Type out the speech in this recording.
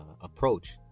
approach